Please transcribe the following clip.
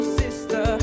sister